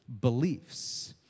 beliefs